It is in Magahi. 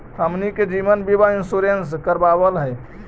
हमनहि के जिवन बिमा इंश्योरेंस करावल है?